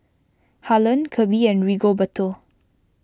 Harlen Kirby and Rigoberto